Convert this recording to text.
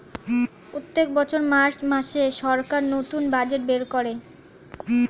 প্রত্যেক বছর মার্চ মাসে সরকার নতুন বাজেট বের করে